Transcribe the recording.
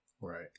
Right